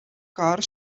car